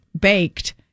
baked